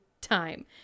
time